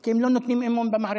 כי הם לא נותנים אמון במערכת.